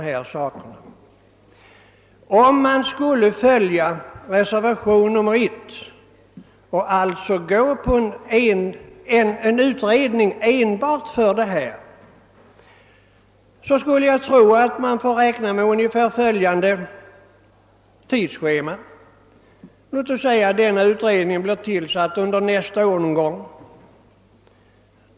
Om kammaren skulle följa reservationen 1 och alltså besluta om en utredning enbart för detta ändamål skulle jag tro att vi får räkna med ungefär följande tidsschema. Låt oss säga att utredningen tillsätts någon gång under nästa år.